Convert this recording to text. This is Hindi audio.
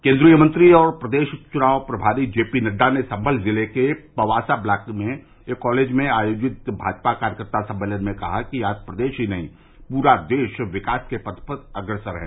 केन्द्रीय मंत्री और प्रदेश चुनाव प्रभारी जेपी नड्डा ने सम्भल जिले के पर्वासा ब्लाक क्षेत्र में एक कालेज में आयोजित भाजपा कार्यकर्ता सम्मेलन में कहा कि आज प्रदेश ही नहीं पूरा देश विकास के पथ पर अग्रसर है